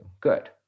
Good